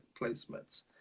placements